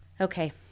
Okay